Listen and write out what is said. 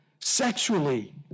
sexually